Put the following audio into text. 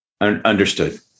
Understood